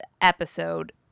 episode